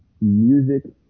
music